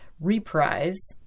Reprise